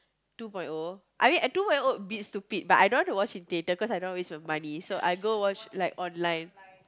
two point O I mean uh two point O a bit stupid but I don't want to watch in theater cause I don't want to waste my money so I go watch like online